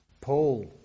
Paul